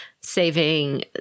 saving